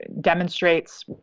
demonstrates